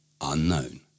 unknown